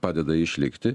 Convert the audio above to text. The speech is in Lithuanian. padeda išlikti